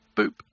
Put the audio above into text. Boop